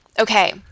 okay